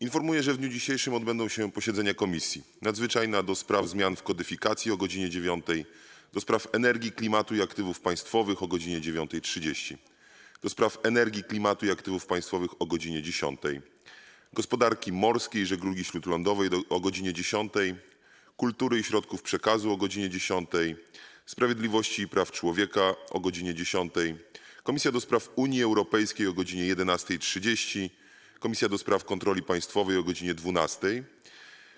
Informuję, że w dniu dzisiejszym odbędą się posiedzenia Komisji: - Nadzwyczajnej do spraw zmian w kodyfikacjach - o godz. 9, - do Spraw Energii, Klimatu i Aktywów Państwowych - o godz. 9.30, - do Spraw Energii, Klimatu i Aktywów Państwowych - o godz. 10, - Gospodarki Morskiej i Żeglugi Śródlądowej - o godz. 10, - Kultury i Środków Przekazu - o godz. 10, - Sprawiedliwości i Praw Człowieka - o godz. 10, - do Spraw Unii Europejskiej - o godz. 11.30, - do Spraw Kontroli Państwowej - o godz. 12,